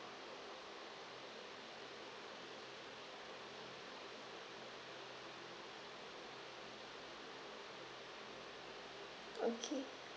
okay